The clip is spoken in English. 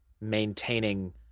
maintaining